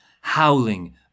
howling